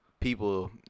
people